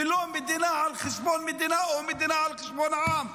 ולא מדינה על חשבון מדינה או מדינה על חשבון עם,